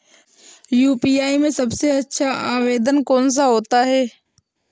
UPI में सबसे अच्छा आवेदन कौन सा होता है?